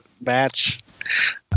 match